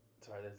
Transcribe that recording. Sorry